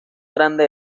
grande